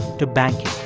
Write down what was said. to banking